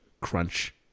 crunch